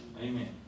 Amen